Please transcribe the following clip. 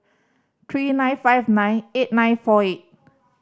three nine five nine eight nine four eight